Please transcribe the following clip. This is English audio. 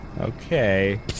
okay